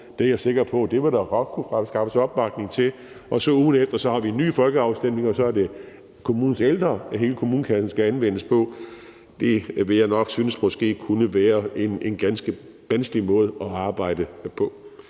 det er jeg sikker på at der godt ville kunne skaffes opbakning til – og så ugen efter at have en ny folkeafstemning, og så er det kommunens ældre, som hele kommunekassen skal anvendes på. Det ville jeg måske nok synes kunne være en ganske vanskelig måde at arbejde på.